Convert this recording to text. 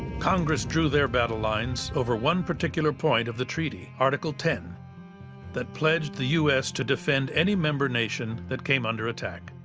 congress drew their battle lines over one particular point of the treaty article x that pledged the u s. to defend any member nation that came under attack.